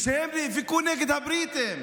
והם נאבקו נגד הבריטים